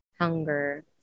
hunger